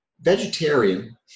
vegetarian